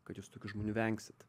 kad jūs tokių žmonių vengsit